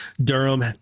Durham